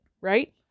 right